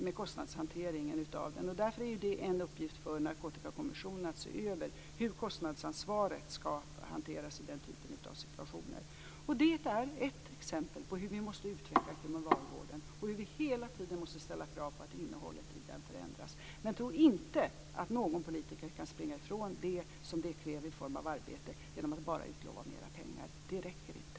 Men kostnadshanteringen av detta är ett problem, och därför är det en uppgift för Narkotikakommissionen att se över hur kostnadsansvaret ska hanteras i den här typen av situationer. Det är ett exempel på hur vi måste utveckla kriminalvården, och hur vi hela tiden måste ställa krav på att innehållet i den förändras. Men tro inte att någon politiker kan springa ifrån det som detta kräver i form av arbete genom att bara utlova mer pengar. Det räcker inte!